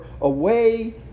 away